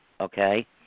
Okay